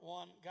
one